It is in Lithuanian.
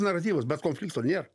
naratyvas bet konflikto nėra